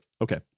okay